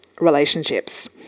relationships